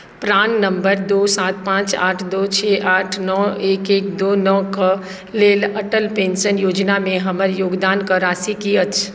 प्राण number दू सात पाँच आठ दू छओ आठ नओ एक एक दू नओ कऽ लेल अटल पेन्शन योजनामे हमर योगदानके राशि की अछि